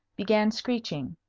began screeching.